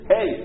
Hey